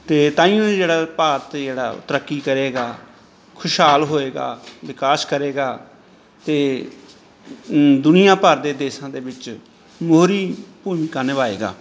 ਅਤੇ ਤਾਂਹੀਓਂ ਜਿਹੜਾ ਭਾਰਤ ਜਿਹੜਾ ਤਰੱਕੀ ਕਰੇਗਾ ਖੁਸ਼ਹਾਲ ਹੋਵੇਗਾ ਵਿਕਾਸ ਕਰੇਗਾ ਅਤੇ ਦੁਨੀਆ ਭਰ ਦੇ ਦੇਸ਼ਾਂ ਦੇ ਵਿੱਚ ਮੋਹਰੀ ਭੂਮਿਕਾ ਨਿਭਾਏਗਾ